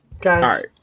Guys